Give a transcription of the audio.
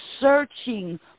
searching